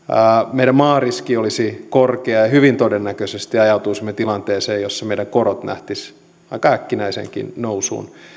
meidän maariskimme olisi korkea ja hyvin todennäköisesti ajautuisimme tilanteeseen jossa meidän korkomme lähtisivät aika äkkinäiseenkin nousuun